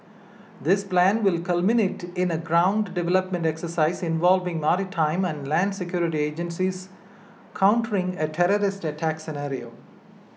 this plan will culminate in a ground deployment exercise involving maritime and land security agencies countering a terrorist attacks